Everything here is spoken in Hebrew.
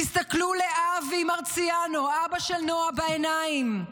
תסתכלו לאבי מרציאנו, אבא של נועה, בעיניים.